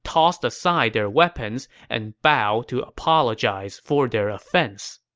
tossed aside their weapons, and bowed to apologize for their offense